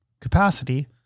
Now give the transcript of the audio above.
capacity